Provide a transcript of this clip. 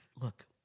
Look